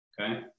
okay